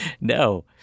No